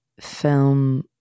film